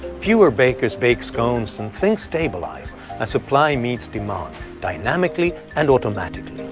fewer bakers bake scones and things stabilize as supply meets demand dynamically and automatically.